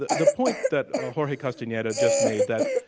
the the point that ah jorge castaneda just made that,